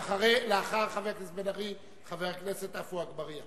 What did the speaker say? לאחר חבר הכנסת בן-ארי - חבר הכנסת עפו אגבאריה.